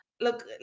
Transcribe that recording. Look